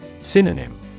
Synonym